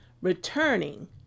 Returning